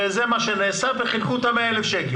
זה הסכום שנאסף וחילקו את הסכום הזה.